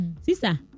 Sister